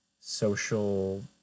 social